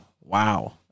Wow